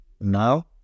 now